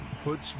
puts